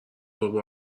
گربه